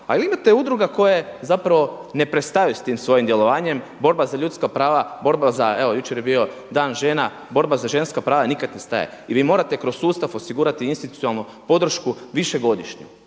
ali imate udruga koje ne prestaju svojim djelovanjem, borba za ljudska prava, borba za evo jučer je bio Dan žena, borba za ženska prava nikad ne staje. I vi morate kroz sustav osigurati institucionalnu podršku višegodišnju.